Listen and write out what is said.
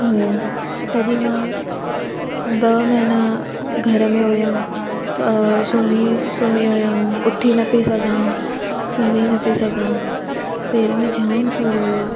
हुयो तॾहिं मां ॿ महीना घर में हुयमि अ सुम्ही सुम्ही हुयमि उथी न पई सघां सुम्ही न पई सघां पेर में जाम सूर हुयो